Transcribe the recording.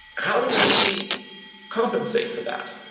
how do we compensate for that?